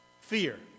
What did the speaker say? Fear